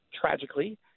tragically